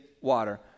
water